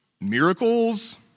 Miracles